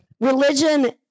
Religion